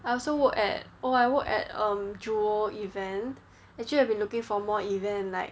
I also worked at oh I worked at um jewel event actually I've been looking for more event like